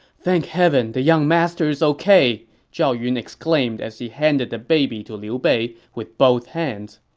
thank heaven the young master is ok! zhao yun exclaimed as he handed the baby to liu bei with both hands